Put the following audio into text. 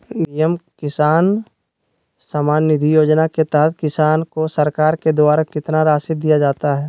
PM Kisan Samman Nidhi Yojana के तहत किसान को सरकार के द्वारा कितना रासि दिया जाता है?